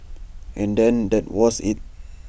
and then that was IT